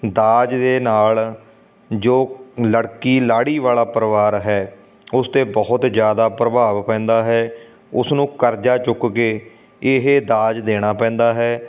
ਦਾਜ ਦੇ ਨਾਲ ਜੋ ਲੜਕੀ ਲਾੜੀ ਵਾਲਾ ਪਰਿਵਾਰ ਹੈ ਉਸ 'ਤੇ ਬਹੁਤ ਜ਼ਿਆਦਾ ਪ੍ਰਭਾਵ ਪੈਂਦਾ ਹੈ ਉਸ ਨੂੰ ਕਰਜ਼ਾ ਚੁੱਕ ਕੇ ਇਹ ਦਾਜ ਦੇਣਾ ਪੈਂਦਾ ਹੈ